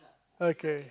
okay